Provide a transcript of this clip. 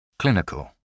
Clinical